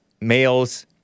males